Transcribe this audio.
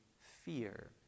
fear